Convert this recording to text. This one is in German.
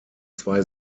zwei